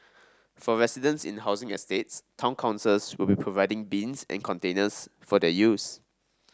for residents in housing estates town councils will be providing bins and containers for their use